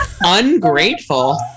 Ungrateful